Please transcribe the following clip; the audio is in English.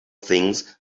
things